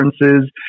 differences